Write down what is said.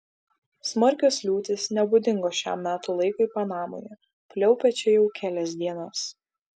smarkios liūtys nebūdingos šiam metų laikui panamoje pliaupia čia jau kelias dienas